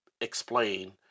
explain